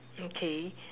okay